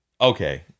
okay